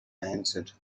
answered